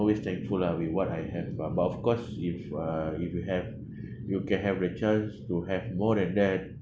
always thankful lah with what I have but but of course if uh if you have you can have the chance to have more than that